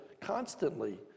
constantly